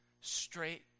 straight